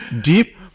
deep